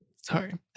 Sorry